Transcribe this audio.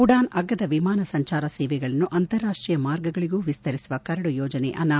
ಉಡಾನ್ ಅಗ್ಗದ ವಿಮಾನ ಸಂಚಾರ ಸೇವೆಗಳನ್ನು ಅಂತಾರಾಷ್ಲೀಯ ಮಾರ್ಗಗಳಗೂ ವಿಸ್ತರಿಸುವ ಕರಡು ಯೋಜನೆ ಅನಾವರಣ